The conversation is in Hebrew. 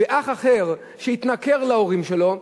ואח אחר, שהתנכר להורים שלו,